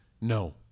no